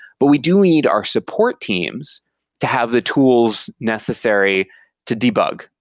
but we do need our support teams to have the tools necessary to debug,